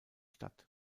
stadt